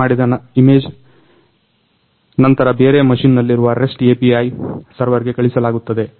click ಮಾಡಿದ image ನಂತರ ಬೇರೆ ಮಷಿನ್ನಲ್ಲಿರುವ REST API ಸರ್ವೇರ್ಗೆ ಕಳಿಸಲಾಗುತ್ತದೆ